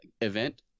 event